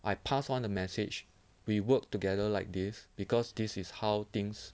I pass on the message we work together like this because this is how things